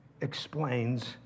explains